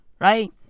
Right